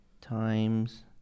times